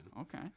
okay